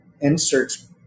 inserts